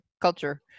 culture